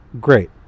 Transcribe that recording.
Great